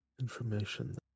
information